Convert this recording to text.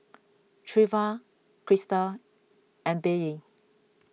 Treva Crista and Billye